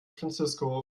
francisco